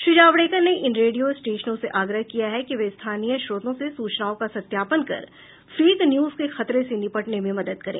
श्री जावडेकर ने इन रेडियो स्टेशनों से आग्रह किया है कि वे स्थानीय स्रोतों से सूचनाओं का सत्यापन कर फेक न्यूज के खतरे से निपटने में मदद करें